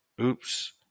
oops